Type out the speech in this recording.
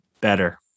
better